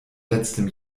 letztem